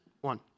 one